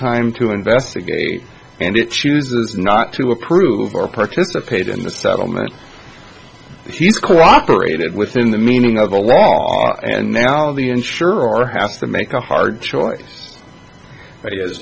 time to investigate and it chooses not to approve or participate in the settlement she's cooperated within the meaning of the law and now the insurer has to make a hard choice but